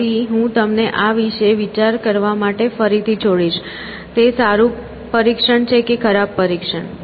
તેથી હું તમને આ વિશે વિચાર કરવા માટે ફરીથી છોડીશ તે સારું પરીક્ષણ છે કે ખરાબ પરીક્ષણ